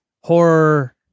horror